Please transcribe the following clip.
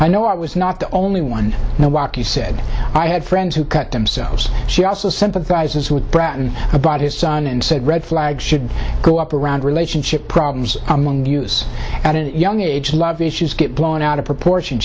i know i was not the only one now walk you said i had friends who cut themselves she also sympathizes with bratton about his son and said red flags should go up around relationship problems among us at young age love issues get blown out of proportion